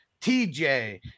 TJ